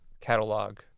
catalog